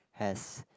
has